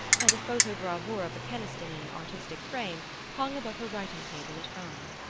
and a photogravure of a keniston in an artistic frame hung above her writing-table at home.